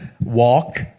walk